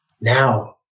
Now